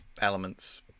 elements